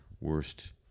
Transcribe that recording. Worst